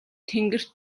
тэнгэрт